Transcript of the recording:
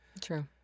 True